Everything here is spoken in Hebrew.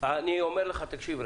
תשכנע אותי